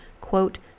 quote